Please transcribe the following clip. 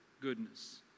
goodness